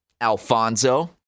Alfonso